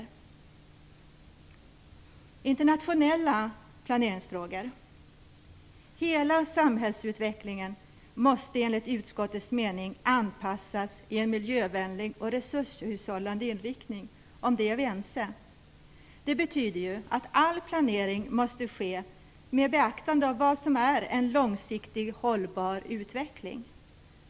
När det gäller internationella planeringsfrågor vill jag säga att hela samhällsutvecklingen enligt utskottets mening måste anpassas till en miljövänlig och resurshushållande inriktning. Om detta är vi ense. Det betyder att all planering måste ske med beaktande av vad som är en långsiktigt hållbar utveckling.